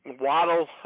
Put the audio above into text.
Waddle